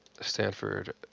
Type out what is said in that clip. Stanford